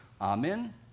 Amen